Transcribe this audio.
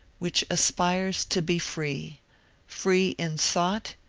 which aspires to be free free in thought,